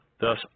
Thus